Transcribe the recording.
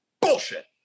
bullshit